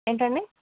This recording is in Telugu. ఏంటండి